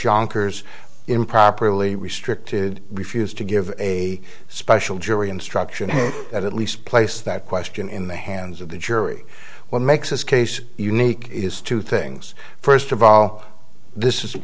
jonkers improperly restricted refused to give a special jury instruction to at least place that question in the hands of the jury what makes this case unique is two things first